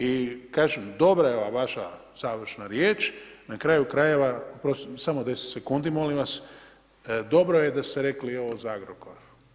I kažem, dobra je ova vaša završna riječ, na kraju krajeva, samo deset sekundi molim vas, dobro je da ste rekli ovo za Agrokor.